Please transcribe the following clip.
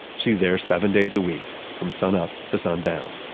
she's there seven days a week, from sunup to sundown